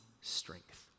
strength